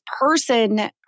person